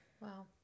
Wow